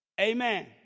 Amen